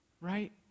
right